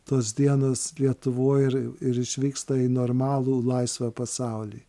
tos dienos lietuvoj ir ir išvyksta į normalų laisvą pasaulį